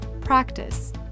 practice